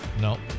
No